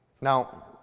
Now